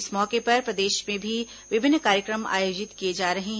इस मौके पर प्रदेश में भी विभिन्न कार्यक्रम आयोजित किए जा रहे हैं